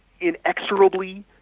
inexorably